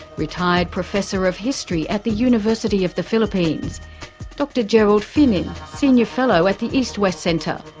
retired professor of history at the university of the philippines dr gerard finin, senior fellow at the east west center,